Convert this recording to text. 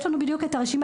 יש לנו בדיוק את הרשימה.